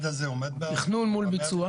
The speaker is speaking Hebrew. תכנון מול ביצוע?